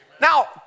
Now